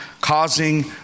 causing